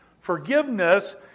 Forgiveness